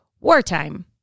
wartime